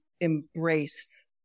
embrace